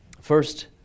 First